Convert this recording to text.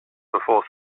before